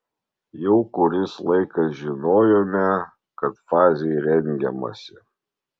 jau kuris laikas žinojome kad fazei rengiamasi